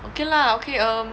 okay lah okay um